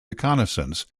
reconnaissance